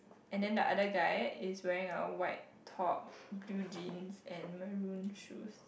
and then the other guy is wearing a white top blue jeans and maroon shoes